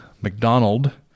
McDonald